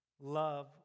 love